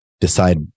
decide